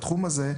בתחום הזה,